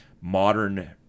modern